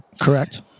Correct